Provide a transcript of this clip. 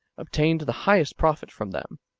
obtained the highest profit from them.